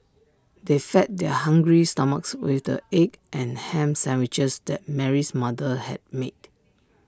they fed their hungry stomachs with the egg and Ham Sandwiches that Mary's mother had made